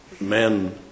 men